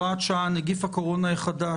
לישראל (הוראת שעה נגיף הקורונה החדש),